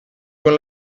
con